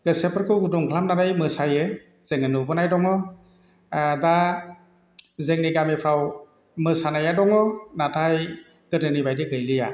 गोसोफोरखौ गुदुं खालामनानै मोसायो जोङो नुबोनाय दङ दा जोंनि गामिफ्राव मोसानाया दङ नाथाय गोदोनि बायदि गैलिया